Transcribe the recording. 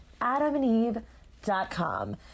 AdamandEve.com